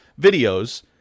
videos